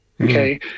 okay